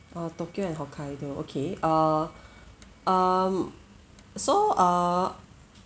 uh tokyo and hokkaido okay err um so err